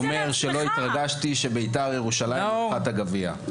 אני אומר שלא התרגשתי שבית"ר ירושלים לקחה את הגביע.